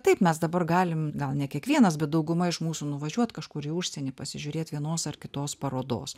taip mes dabar galim gal ne kiekvienas bet dauguma iš mūsų nuvažiuot kažkur į užsienį pasižiūrėt vienos ar kitos parodos